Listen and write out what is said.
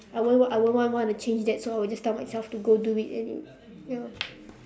I won't want I won't want want to change that so I would just tell myself to go do it anyway ya